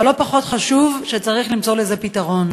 אבל לא פחות חשוב, צריך למצוא לזה פתרון,